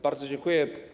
Bardzo dziękuję.